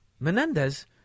Menendez